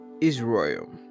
Israel